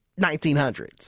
1900s